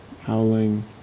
howling